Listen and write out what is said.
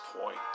point